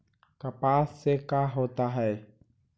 कपास से का होता है?